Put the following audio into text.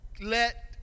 let